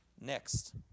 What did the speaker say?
Next